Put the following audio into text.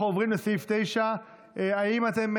אנחנו עוברים לסעיף 9. האם אתם,